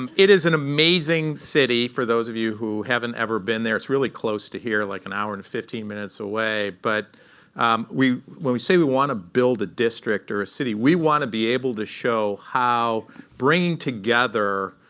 um it is an amazing city, for those of you who haven't ever been there. it's really close to here, like an hour and fifteen minutes away. but when we say we want to build a district or a city, we want to be able to show how bringing together